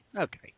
Okay